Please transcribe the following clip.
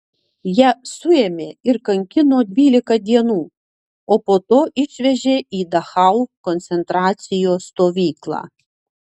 ją suėmė ir kankino dvylika dienų o po to išvežė į dachau koncentracijos stovyklą